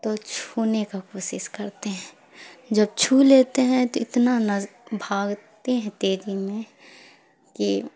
تو چھونے کا کوشش کرتے ہیں جب چھو لیتے ہیں تو اتنا بھاگتے ہیں تیزی میں کہ